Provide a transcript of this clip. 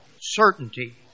Certainty